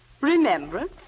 Remembrance